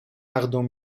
ardent